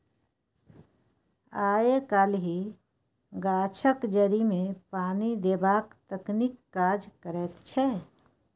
आय काल्हि गाछक जड़िमे पानि देबाक तकनीक काज करैत छै